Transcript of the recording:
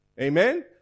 Amen